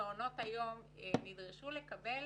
מעונות היום נדרשו לקבל